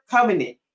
covenant